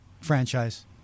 franchise